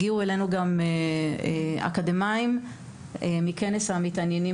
הגיעו אלינו גם אקדמאים מכנס המתעניינים